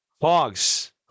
Hogs